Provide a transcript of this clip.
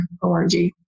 org